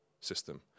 system